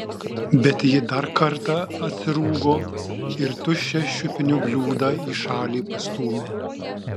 bet ji dar kartą atsirūgo ir tuščią šiupinio bliūdą į šalį pastūmė